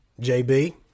JB